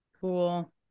Cool